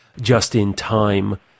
just-in-time